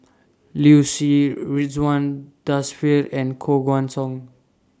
Liu Si Ridzwan Dzafir and Koh Guan Song